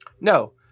No